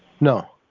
No